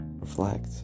reflect